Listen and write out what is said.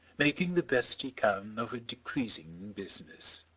making the best he can of a decreasing business.